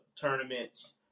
tournaments